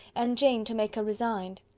and jane to make her resigned.